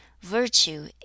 Virtue